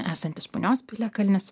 esantis punios piliakalnis